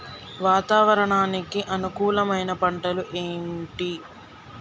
వాతావరణానికి అనుకూలమైన పంటలు ఏంటి?